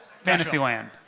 Fantasyland